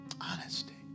Honesty